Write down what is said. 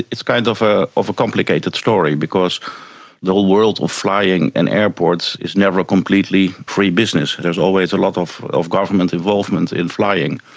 it's kind of ah of a complicated story because the whole world of flying and airports is never a completely free business, there's always a lot of of government involvement in flying.